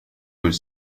were